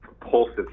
propulsive